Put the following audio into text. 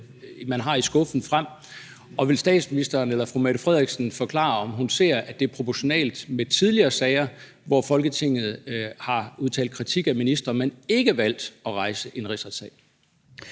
man har i skuffen, frem? Og vil statsministeren eller fru Mette Frederiksen forklare, om hun ser, at det er proportionelt med tidligere sager, hvor Folketinget har udtalt kritik af en minister, men ikke har valgt at rejse en rigsretssag?